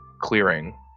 clearing